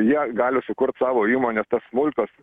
jie gali sukurt savo įmones tos smulkios